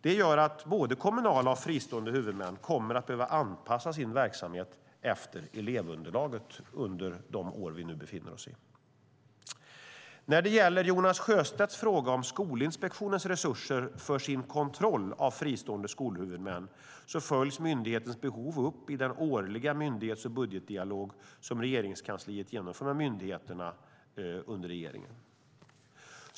Det gör att både kommunala och fristående huvudmän kommer att behöva anpassa sin verksamhet efter elevunderlaget under de år vi nu befinner oss i. När det gäller Jonas Sjöstedts fråga om Skolinspektionens resurser för sin kontroll av fristående skolhuvudmän följs myndighetens behov upp i den årliga myndighets och budgetdialog som Regeringskansliet genomför med myndigheterna under regeringen.